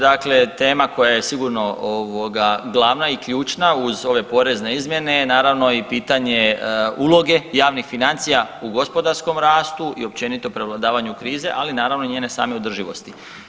Dakle, tema koja je sigurno glavna i ključna uz ove porezne izmjene je naravno i pitanje uloge javnih financija u gospodarskom rastu i općenito prevladavanju krize, ali naravno i njene samo održivosti.